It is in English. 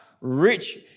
rich